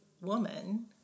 woman